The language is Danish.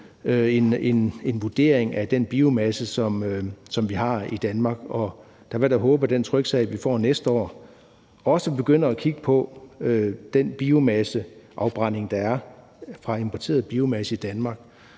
en vurdering af den biomasse, som vi har i Danmark, med, og der vil jeg da håbe, at den tryksag, vi får næste år, også vil begynde at kigge på den biomasseafbrænding, der er fra importeret biomasse i Danmark